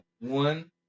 one